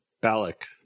Balak